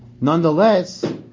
nonetheless